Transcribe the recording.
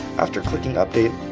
after clicking update,